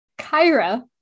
Kyra